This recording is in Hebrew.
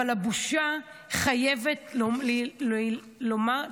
אבל הבושה חייבת להיאמר.